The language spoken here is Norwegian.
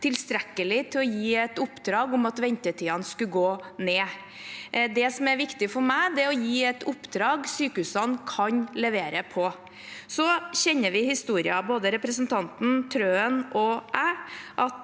til å gi et oppdrag om at ventetidene skulle gå ned. Det som er viktig for meg, er å gi et oppdrag sykehusene kan levere på. Vi kjenner historien, både representanten Trøen og